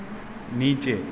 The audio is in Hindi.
नीचे